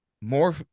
More